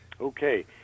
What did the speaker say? Okay